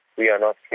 we are not